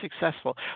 successful